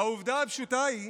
והעובדה הפשוטה היא